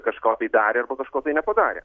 kažko tai darė arba kažko tai nepadarė